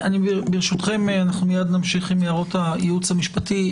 אנחנו מיד נמשיך עם הערות הייעוץ המשפטי.